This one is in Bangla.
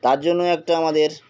তার জন্য একটা আমাদের